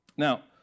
Now